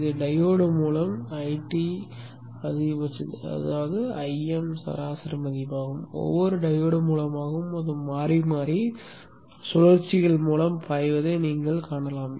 இது டையோடு மூலம் ஐடி அதிகபட்ச Im சராசரி மதிப்பாகும் ஒவ்வொரு டையோடு மூலமாகவும் அது மாறிமாறி சுழற்சிகள் மூலம் பாய்வதை நீங்கள் காணலாம்